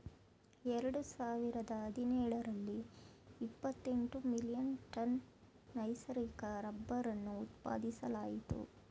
ಎರಡು ಸಾವಿರದ ಹದಿನೇಳರಲ್ಲಿ ಇಪ್ಪತೆಂಟು ಮಿಲಿಯನ್ ಟನ್ ನೈಸರ್ಗಿಕ ರಬ್ಬರನ್ನು ಉತ್ಪಾದಿಸಲಾಯಿತು